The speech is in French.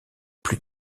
plus